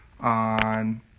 on